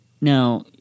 Now